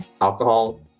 alcohol